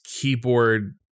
keyboard